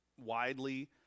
widely